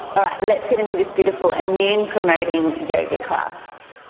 alright, let's get into this beautiful immune promoting yoga class.